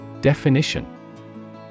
Definition